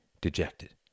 dejected